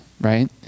right